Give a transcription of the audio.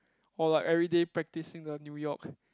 or like everyday practicing the New York